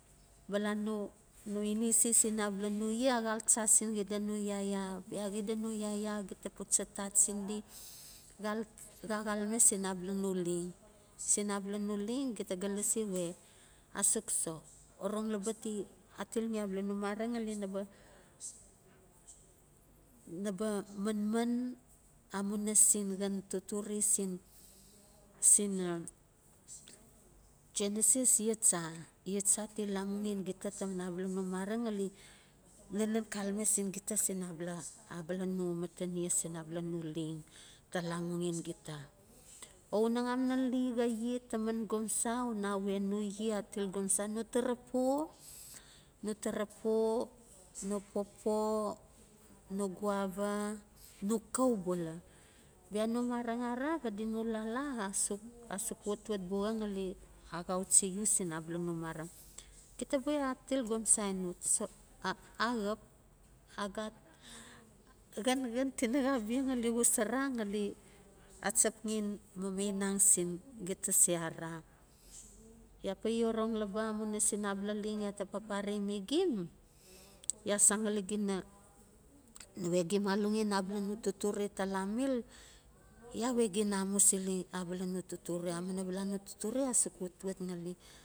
Bala no ineses ina abala no ye axal cha sin xida no yaya bia xida no yaya gita pucha tat sin di xal xa xal me sin abala no leng. Sin abalo no leng xida ga lasi wwe asuk so orong laba ti atilxi abala mo mareng ngali naba naba manman amuina sin xan totore sin, sin xan totore sin sin genesis ya cha ya cha ti lamuaxen gita taman abala no mareng ngali nanen xalame sin gita sin abala abala no natan yes sin abala no leng ta lamuanxen gita o unaxan nan li xa ye ta man o una we no ye atil gomsa, no tarapo, no tarapo, no pawpaw, no guava, no kau bula bia no mereng ara xad no lava asuk, asuk watwat buxa ngali axauchi you sin abala no mara gita ba we atil gomsa axap a gat xan tinaxa bia ngali achapxen ma maing sin abala leng ya ta papare migim ya san ngali gim ya san ngali gina nawe gim onxen abala no totore tala mil ya we gina amusili abala no torore amuina bala no totore asuk watwat ngali.